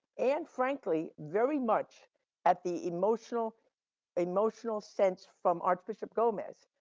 and frankly, very much at the emotional emotional sense from archbishop gomez.